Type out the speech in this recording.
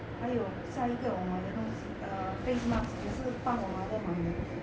还有下一个我买的东西 err face mask 也是帮我 mother 买的